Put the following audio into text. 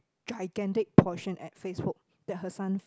gigantic portion at Facebook that her son